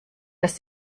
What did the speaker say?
dass